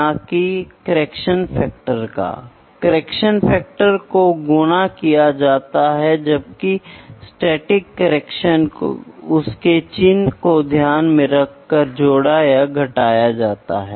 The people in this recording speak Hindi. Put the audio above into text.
इसलिए इनडायरेक्ट मेजरमेंट में कई मापदंडों को सीधे मापा जाता है और फिर एक मूल्य गणितीय संबंध द्वारा निर्धारित किया जाता है